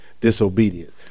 disobedience